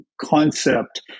concept